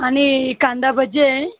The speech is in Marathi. आणि कांदा भजी आहे